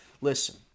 Listen